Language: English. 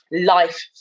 life